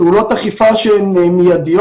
פעולות אכיפה מיידיות,